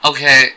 Okay